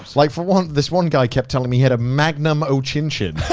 like for one, this one guy kept telling me he had a magnum o-chin chin. and